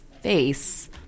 face